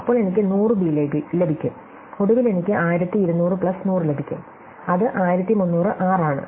അപ്പോൾ എനിക്ക് 100 ബി ലഭിക്കും ഒടുവിൽ എനിക്ക് 1200 പ്ലസ് 100 ലഭിക്കും അത് 1300 r ആണ്